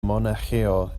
monaĥejo